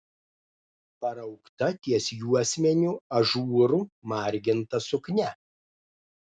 paraukta ties juosmeniu ažūru marginta suknia